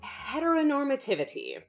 heteronormativity